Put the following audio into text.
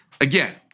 again